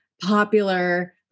popular